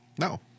No